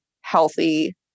healthy